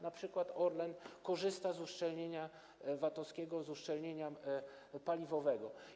Na przykład Orlen korzysta z uszczelnienia VAT-owskiego, z uszczelnienia paliwowego.